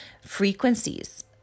frequencies